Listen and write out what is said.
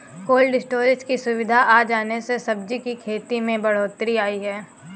cold storage की सुविधा आ जाने से सब्जी की खेती में बढ़ोत्तरी आई है